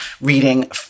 reading